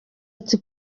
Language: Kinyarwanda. ati